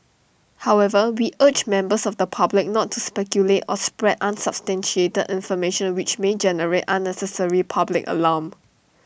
however we urge members of the public not to speculate or spread unsubstantiated information which may generate unnecessary public alarm